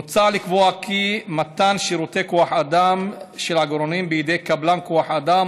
מוצע לקבוע כי מתן שירותי כוח אדם של עגורנאים בידי קבלן כוח אדם